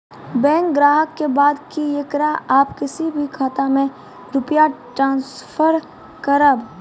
Bank ग्राहक के बात की येकरा आप किसी भी खाता मे रुपिया ट्रांसफर करबऽ?